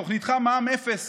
תוכניתך מע"מ אפס